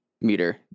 Meter